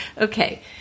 Okay